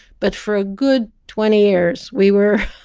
but for a good twenty years, we were